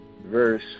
verse